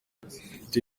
mfite